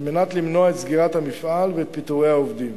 על מנת למנוע את סגירת המפעל ואת פיטורי העובדים.